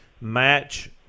match